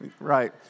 Right